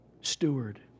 Steward